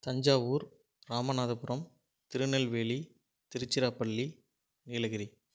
Thanjavur Ramanathapuram Tirunelveli Tiruchirappalli Nilgiri